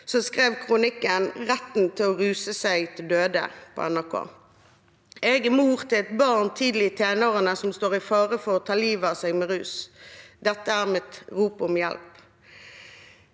mor kronikken «Rett til å ruse seg til døde» på nrk.no: «Jeg er mor til et barn tidlig i tenårene som står i fare for å ta livet av seg med rus. Dette er mitt rop om hjelp.»